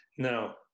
Now